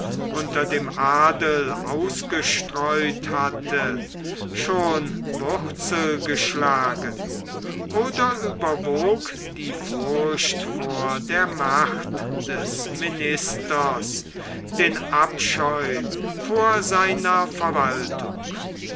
unter dem adel ausgestreut hatte schon wurzel geschlagen oder überwog die furcht vor der macht des ministers den abscheu vor seiner verwaltung